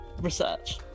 research